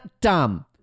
dumb